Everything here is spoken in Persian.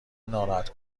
ناراحت